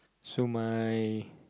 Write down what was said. so my